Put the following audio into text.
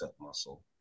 muscle